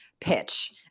pitch